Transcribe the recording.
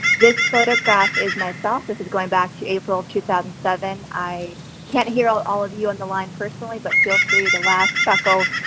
this photograph is myself, this is going back to april two thousand and seven. i can't hear all all of you on the line personally, but feel free to laugh, chuckle,